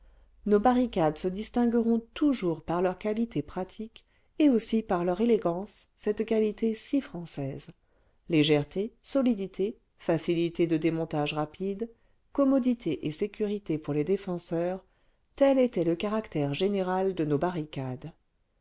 nos barricades se distingueront toujours par leurs qualités pratiques et aussi par leur élégance cette qualité si française légèreté solidité facilité de démontage rapide commodité et sécurité pour les défenseurs tel était le caractère général de nos barricades